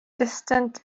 distant